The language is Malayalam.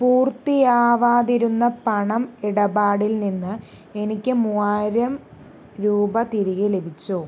പൂർത്തിയാവാതിരുന്ന പണം ഇടപാടിൽ നിന്ന് എനിക്ക് മൂവായിരം രൂപ തിരികെ ലഭിച്ചോ